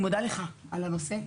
אני מודה לך על הנושא.